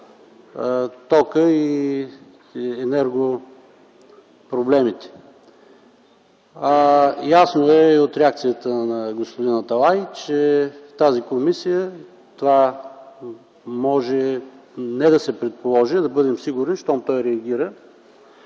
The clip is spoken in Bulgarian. тока и енерго проблемите. Ясно и от реакцията на господин Аталай, че тази комисия, това може не да се предположи, а да бъдем сигурни, щом той реагира